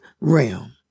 realm